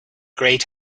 great